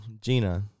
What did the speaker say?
Gina